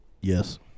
yes